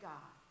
God